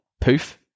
poof